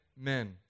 men